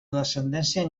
descendència